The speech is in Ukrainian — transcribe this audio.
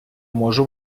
можу